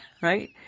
Right